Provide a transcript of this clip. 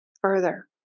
further